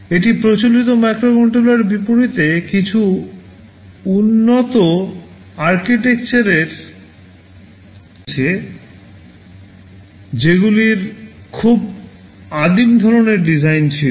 এটি প্রচলিত মাইক্রোকন্ট্রোলারের বিপরীতে কিছু উন্নত architecture এর ধারণা নিয়েছে যেগুলির খুব আদিম ধরণের ডিজাইন ছিল